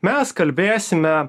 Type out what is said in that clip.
mes kalbėsime